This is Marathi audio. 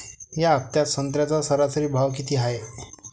या हफ्त्यात संत्र्याचा सरासरी भाव किती हाये?